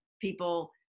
people